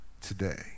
today